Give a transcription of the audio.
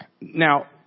Now